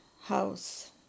house